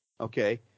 Okay